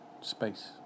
space